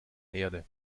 erde